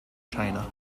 china